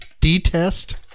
Detest